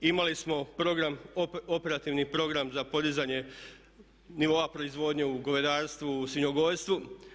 Imali smo operativni program za podizanje nivoa proizvodnje u govedarstvu, u svinjogojstvu.